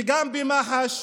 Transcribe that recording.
וגם במח"ש,